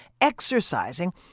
exercising